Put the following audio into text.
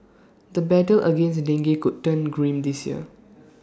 the battle against dengue could turn grim this year